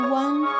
one